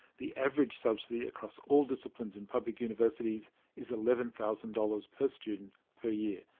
the average subsidy across all disciplines in public universities is eleven thousand dollars per student per year.